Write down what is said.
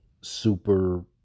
super